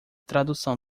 tradução